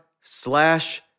slash